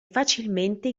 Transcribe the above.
facilmente